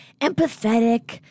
Empathetic